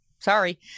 Sorry